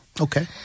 Okay